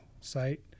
site